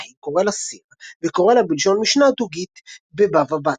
היא קורא לה סיר וקורא לה בלשון משנה דוגית בבבא בתרא”.